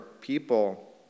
people